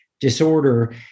disorder